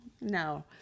No